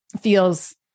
feels